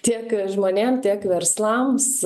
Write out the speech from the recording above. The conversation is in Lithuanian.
tiek žmonėm tiek verslams